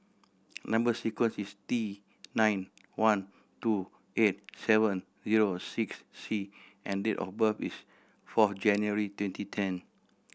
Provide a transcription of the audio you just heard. number sequence is T nine one two eight seven zero six C and date of birth is four January twenty ten